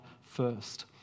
first